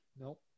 nope